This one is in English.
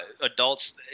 adults